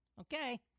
Okay